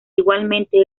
igualmente